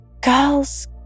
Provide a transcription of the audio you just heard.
Girls